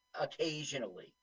occasionally